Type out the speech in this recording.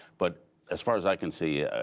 but as far as i can see,